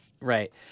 Right